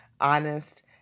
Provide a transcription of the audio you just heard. honest